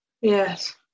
yes